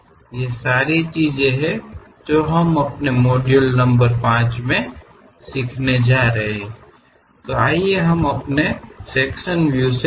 ನಮ್ಮ ವಿಭಾಗೀಯ ವೀಕ್ಷಣೆಗಳ ವಿಷಯವನ್ನು ನಮ್ಮ ಮಾಡ್ಯೂಲ್ ಸಂಖ್ಯೆ 5 ರಲ್ಲಿ ನಾವು ಕಲಿಯಲು ಪ್ರಾರಂಭಿಸೋಣ